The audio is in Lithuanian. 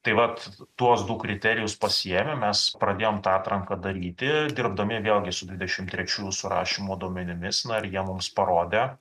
tai vat tuos du kriterijus pasiėmę mes pradėjom tą atranką daryti dirbdami vėlgi su dvidešim trečiųjų surašymo duomenimis na ir jie mums parodė